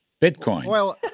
Bitcoin